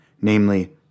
namely